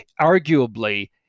arguably